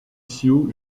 sue